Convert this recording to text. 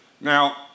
Now